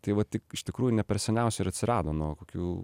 tai va tik iš tikrųjų ne per seniausiai ir atsirado nuo kokių